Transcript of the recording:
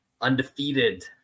Undefeated